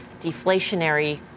deflationary